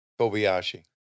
Kobayashi